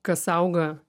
kas auga